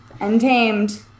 untamed